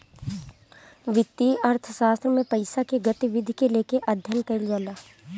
वित्तीय अर्थशास्त्र में पईसा के गतिविधि के लेके अध्ययन कईल जाला